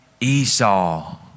Esau